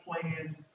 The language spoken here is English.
plan